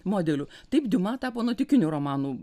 modeliu taip diuma tapo nuotykinių romanų